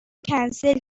کنسل